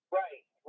right